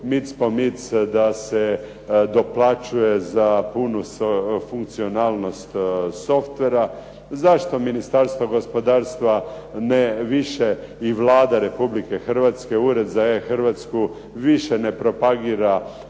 da se doplaćuje za punu funkcionalnost softvera. Zašto Ministarstvo gospodarstva ne više i Vlada Republike Hrvatske, Ured za E Hrvatsku više ne propagira